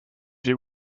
you